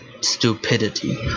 stupidity